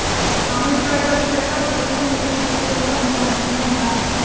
మామిడికాయలు వచ్చాక అ చెట్టుకి నీరు పెట్టకూడదు అంటారు నిజమేనా?